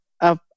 up